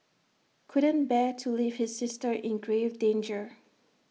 couldn't bear to leave his sister in grave danger